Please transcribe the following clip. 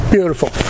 Beautiful